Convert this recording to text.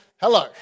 Hello